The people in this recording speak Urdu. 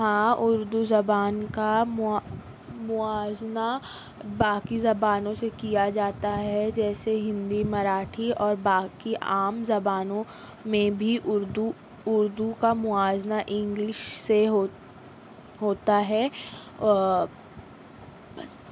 ہاں اردو زبان کا موا موازنہ باقی زبانوں سے کیا جاتا ہے جیسے ہندی مراٹھی اور باقی عام زبانوں میں بھی اردو اردو کا موازنہ انگلشن سے ہوت ہوتا ہے اور بس